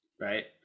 right